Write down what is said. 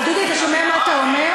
אבל דודי, אתה שומע מה אתה אומר?